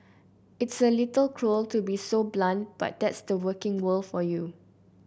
it's a little cruel to be so blunt but that's the working world for you